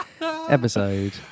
episode